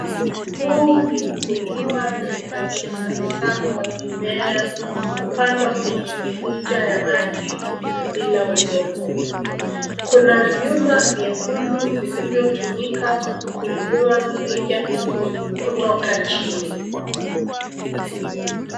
Huu ni ukulima wa kisasa wa mimea kupandwa kwenye mirija ya maji bila udongo. Kuna vyuma vyekundu vilivyotumika kuinua mirija hizo kutoka chini.